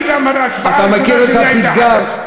אני גם, ההצבעה הראשונה שלי הייתה חד"ש.